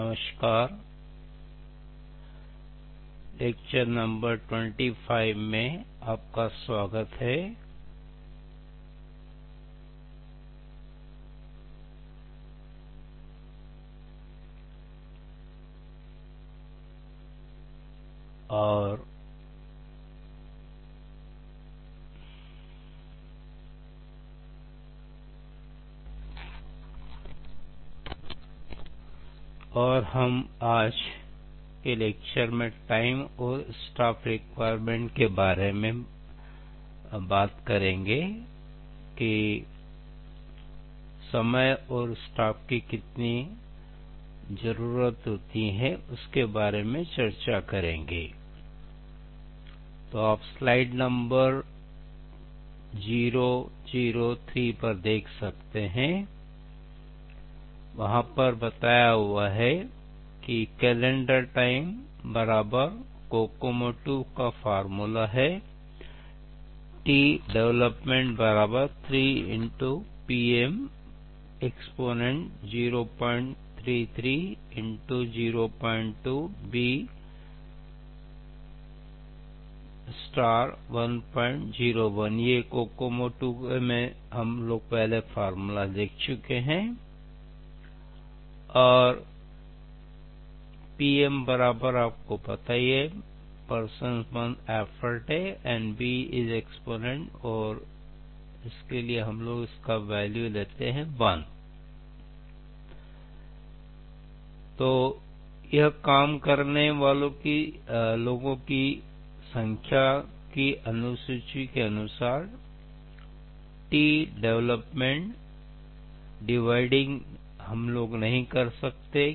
नमस्कार आपका स्वागत है आज के लेक्चर में टाइम और स्टाफ रिक्वायरमेंट के बारे में बताएंगे समय एवं स्टाफ की कितनी जरूरत है उसके बारे में चर्चा करेंगे काम करने वाले लोगों की संख्या की अनुसूची के अनुसार TDEV डाइविंग करके नहीं पाया जा सकता है